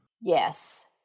Yes